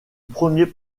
premier